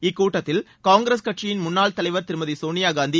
இக்கூட்டத்தில் காங்கிரஸ் கட்சியின் முன்னாள் தலைவர் திருமதி சோனியா காந்தி